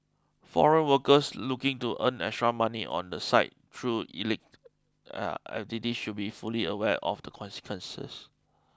foreign workers looking to earn extra money on the side through illit activities should be fully aware of the consequences